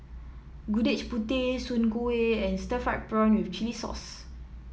Gudeg Putih Soon Kueh and Stir Fried Prawn with Chili Sauce